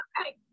okay